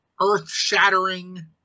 earth-shattering